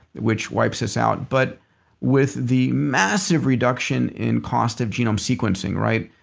which wipes us out. but with the massive reduction in cost of genome sequencing, right?